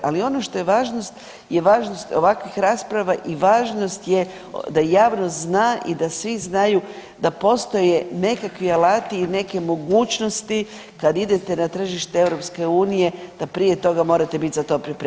Ali ono što je važnost je važnost ovakvih rasprava i važnost je da javnost zna i da svi znaju da postoje nekakvi alati i neke mogućnosti kad idete na tržište EU da prije toga morate bit za to pripremljeni.